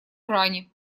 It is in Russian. иране